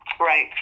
Right